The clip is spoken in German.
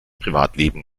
privatleben